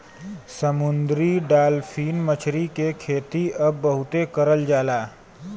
समुंदरी डालफिन मछरी के खेती अब बहुते करल जाला